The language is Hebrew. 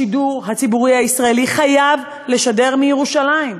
השידור הציבורי הישראלי חייב לשדר מירושלים.